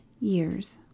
years